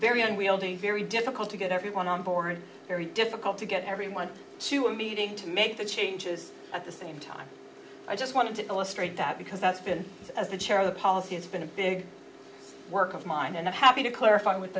very unwieldy very difficult to get everyone on board very difficult to get everyone to a meeting to make the changes at the same time i just wanted to illustrate that because that's been as the chair of the policy it's been a big work of mine and i'm happy to clarify with